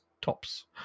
tops